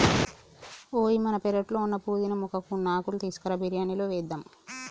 ఓయ్ మన పెరట్లో ఉన్న పుదీనా మొక్కకి ఉన్న ఆకులు తీసుకురా బిరియానిలో వేద్దాం